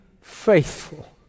faithful